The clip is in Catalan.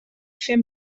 fem